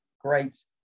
great